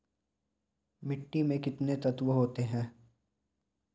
मिट्टी में कितने तत्व होते हैं?